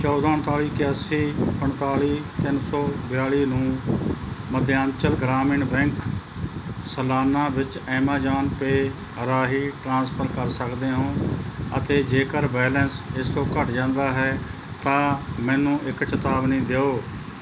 ਚੌਦਾਂ ਉਨਤਾਲੀ ਇਕਿਆਸੀ ਪੰਤਾਲੀ ਤਿੰਨ ਸੌ ਬਿਆਲੀ ਨੂੰ ਮੱਧਯਾਂਚਲ ਗ੍ਰਾਮੀਣ ਬੈਂਕ ਸਲਾਨਾ ਵਿੱਚ ਐਮਾਜ਼ਾਨ ਪੇ ਰਾਹੀਂ ਟ੍ਰਾਂਸਫਰ ਕਰ ਸਕਦੇ ਹੋ ਅਤੇ ਜੇਕਰ ਬੈਲੇਂਸ ਇਸ ਤੋਂ ਘੱਟ ਜਾਂਦਾ ਹੈ ਤਾਂ ਮੈਨੂੰ ਇੱਕ ਚੇਤਾਵਨੀ ਦਿਓ